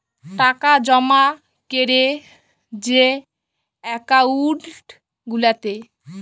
টাকা জমা ক্যরে যে একাউল্ট গুলাতে